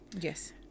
Yes